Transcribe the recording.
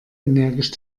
energisch